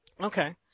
Okay